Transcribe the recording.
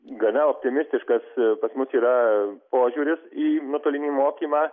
gana optimistiškas pas mus yra požiūris į nuotolinį mokymą